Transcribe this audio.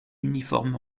uniforme